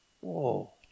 Whoa